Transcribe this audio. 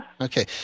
Okay